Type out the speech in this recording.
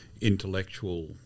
intellectual